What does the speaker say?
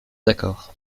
d’accord